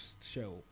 show